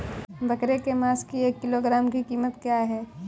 बकरे के मांस की एक किलोग्राम की कीमत क्या है?